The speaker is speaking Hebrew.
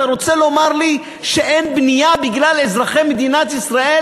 אתה רוצה לומר לי שאין בנייה בגלל אזרחי מדינת ישראל